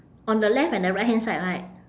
on the left and the right hand side right